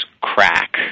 crack